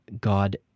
God